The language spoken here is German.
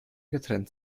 getrennt